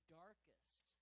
darkest